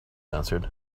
answered